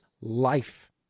life